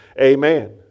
Amen